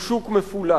הוא שוק מפולח.